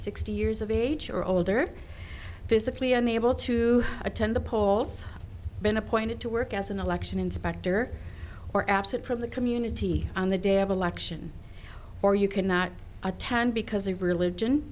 sixty years of age or older physically unable to attend the polls been appointed to work as an election inspector or absent from the community on the day of election or you cannot attend because of religion